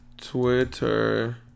Twitter